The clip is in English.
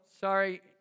Sorry